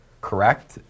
correct